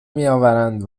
میآورند